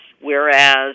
whereas